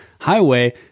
Highway